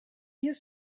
his